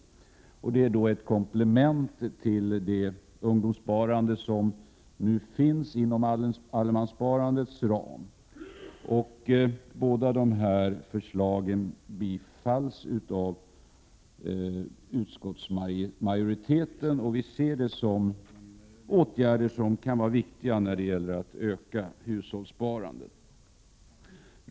Detta sparande skall utgöra ett komplement till det ungdomssparande som nu finns inom allemanssparandets ram. Båda dessa förslag tillstyrks av utskottsmajoriteten. Vi ser dem som viktiga åtgärder när det gäller att öka hushållssparandet.